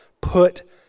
Put